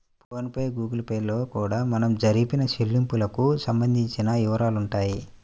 phone pay Google Pay లలో కూడా మనం జరిపిన చెల్లింపులకు సంబంధించిన వివరాలుంటాయి